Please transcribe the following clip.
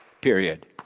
Period